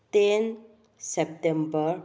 ten September